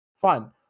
fine